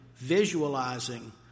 visualizing